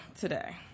today